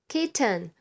Kitten